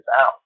out